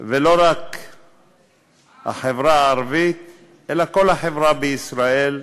ולא רק החברה הערבית אלא כל החברה בישראל.